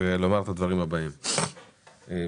אין